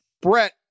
Brett